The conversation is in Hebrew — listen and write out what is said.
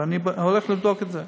אני הולך לבדוק את זה,